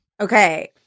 Okay